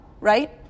right